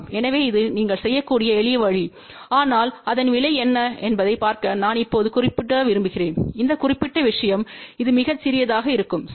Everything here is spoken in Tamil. எனவே இது நீங்கள் செய்யக்கூடிய எளிய வழி ஆனால் அதன் விலை என்ன என்பதைப் பார்க்க நான் இப்போது குறிப்பிட விரும்புகிறேன் இந்த குறிப்பிட்ட விஷயம் இது மிகச் சிறியதாக இருக்கும் சரி